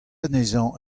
anezhañ